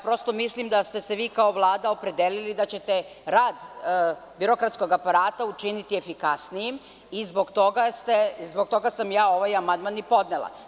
Prosto mislim da ste se vi kao Vlada opredelili da ćete rad birokratskog aparata učiniti efikasnijim i zbog toga sam ja ovaj amandman i podnela.